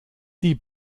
die